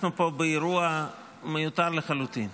אנחנו פה באירוע מיותר לחלוטין,